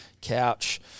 couch